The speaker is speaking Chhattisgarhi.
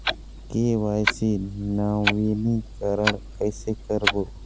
के.वाई.सी नवीनीकरण कैसे करबो?